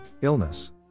illness